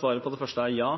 Svaret på det første er ja.